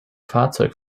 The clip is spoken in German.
fahrzeug